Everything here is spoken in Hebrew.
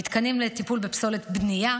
מתקנים לטיפול בפסולת בנייה.